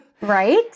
Right